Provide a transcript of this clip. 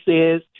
says